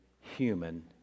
human